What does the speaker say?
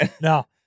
Now